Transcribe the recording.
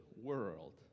world